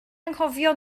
anghofio